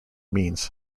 means